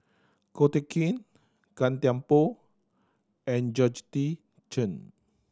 Ko Teck Kin Gan Thiam Poh and Georgette Chen